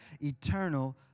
eternal